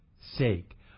sake